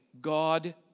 God